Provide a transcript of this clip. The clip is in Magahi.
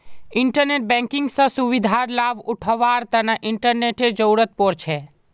इंटरनेट बैंकिंग स सुविधार लाभ उठावार तना इंटरनेटेर जरुरत पोर छे